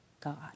god